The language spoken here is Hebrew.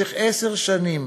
במשך עשר שנים